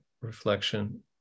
reflection